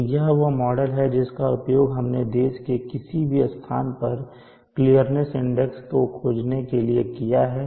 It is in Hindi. तो यह वह मॉडल है जिसका उपयोग हमने देश के किसी भी स्थान पर क्लियरनेस इंडेक्स को खोजने के लिए किया है